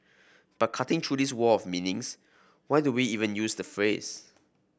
but cutting through this wall of meanings why do we even use the phrase